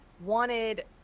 wanted